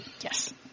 Yes